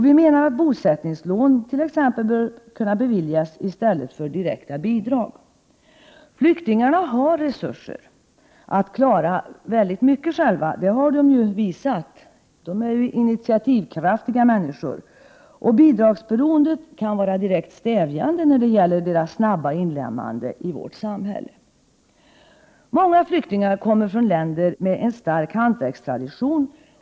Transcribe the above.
Vi menar att bosättningslån bör beviljas i stället för direkta bidrag. Flyktingarna har visat att de har resurser att klara mycket själva. De är initiativkraftiga människor, och bidragsberoendet kan vara direkt stävjande när det gäller deras snabba inlemmande i vårt samhälle. Många flyktingar kommer från länder med en stark hantverkstradition.